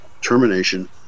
termination